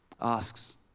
asks